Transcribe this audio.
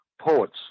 poets